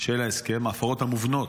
ההפרות המובנות,